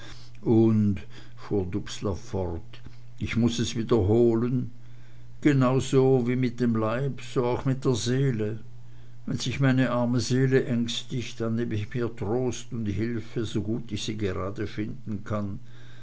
und fuhr dubslav fort ich muß es wiederholen genauso wie mit dem leib so auch mit der seele wenn sich meine arme seele ängstigt dann nehm ich mir trost und hilfe so gut ich sie gerade finden kann